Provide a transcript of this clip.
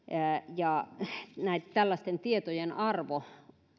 pelkästään tällaisten tietojen arvo